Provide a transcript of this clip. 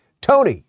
Tony